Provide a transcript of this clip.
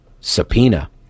subpoena